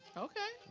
okay?